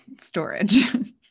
storage